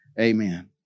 amen